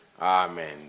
Amen